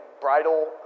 bridal